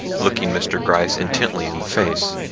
looking mr. gryce intently in the face.